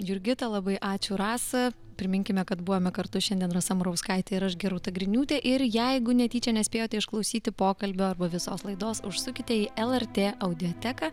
jurgita labai ačiū rasa priminkime kad buvome kartu šiandien rasa murauskaitė ir aš gi gerūta griniūtė ir jeigu netyčia nespėjote išklausyti pokalbio arba visos laidos užsukite į lrt audioteką